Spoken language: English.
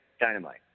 dynamite